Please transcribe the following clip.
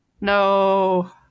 No